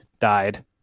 died